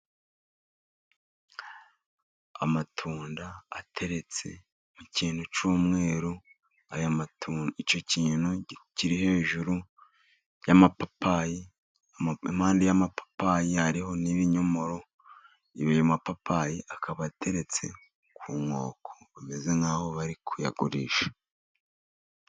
Amatunda ateretse mu kintu cy'umweru. Icyo kintu kiri hejuru y'amapapayi. Impande y'amapapayi hariho n'ibinyomoro. Ayo mapapayi akaba ateretse ku nkoko bameze nk'aho bari kuyagurisha.